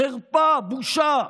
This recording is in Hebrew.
חרפה, בושה.